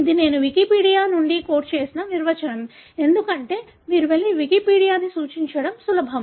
ఇది నేను వికీపీడియా నుండి కోట్ చేసిన నిర్వచనం ఎందుకంటే మీరు వెళ్లి వికీపీడియాను సూచించడం సులభం